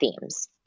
themes